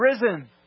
risen